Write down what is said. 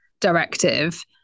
directive